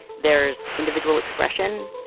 there's individual expression.